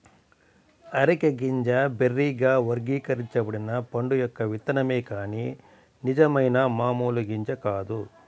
areca గింజ బెర్రీగా వర్గీకరించబడిన పండు యొక్క విత్తనమే కాని నిజమైన మామూలు గింజ కాదు